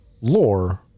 Lore